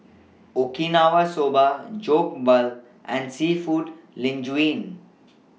Okinawa Soba Jokbal and Seafood Linguine